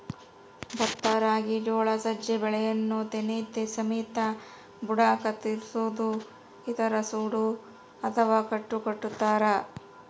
ಭತ್ತ ರಾಗಿ ಜೋಳ ಸಜ್ಜೆ ಬೆಳೆಯನ್ನು ತೆನೆ ಸಮೇತ ಬುಡ ಕತ್ತರಿಸೋದು ನಂತರ ಸೂಡು ಅಥವಾ ಕಟ್ಟು ಕಟ್ಟುತಾರ